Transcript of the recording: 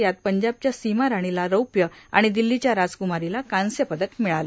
यात पंजाबच्या सीमा राणीला रौप्य आणि दिल्लीच्या राजक्मारीला कांस्य पदक मिळाले